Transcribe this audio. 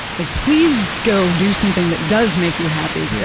like, please go do something that does make you happy.